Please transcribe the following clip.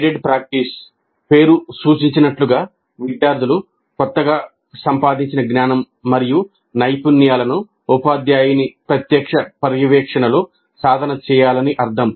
guided practice పేరు సూచించినట్లుగా విద్యార్థులు కొత్తగా సంపాదించిన జ్ఞానం మరియు నైపుణ్యాలను ఉపాధ్యాయుని ప్రత్యక్ష పర్యవేక్షణలో సాధన చేయాలని అర్థం